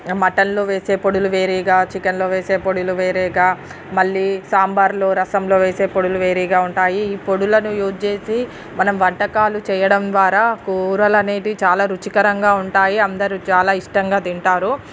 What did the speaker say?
మటన్లో వేసే పొడులు వేరేగా చికెన్లో వేసే పొడులు వేరేగా మళ్ళీ సాంబార్లో రసంలో వేసే పొడులు వేరేగా ఉంటాయి ఈ పొడిలను యూస్ చేసి మనం వంటకాలు చేయడం ద్వారా కూరలనేటివి చాలా రుచికరంగా ఉంటాయి అందరు చాలా ఇష్టంగా తింటారు